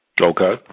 Okay